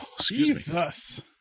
Jesus